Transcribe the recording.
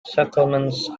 settlements